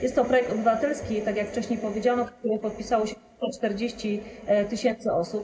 Jest to projekt obywatelski, tak jak wcześniej powiedziano, pod którym podpisało się 40 tys. osób.